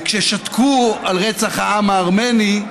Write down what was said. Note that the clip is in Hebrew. וכששתקו על רצח העם הארמני,